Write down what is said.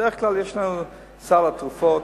בדרך כלל יש לנו סל התרופות,